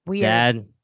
Dad